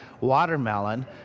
watermelon